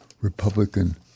Republican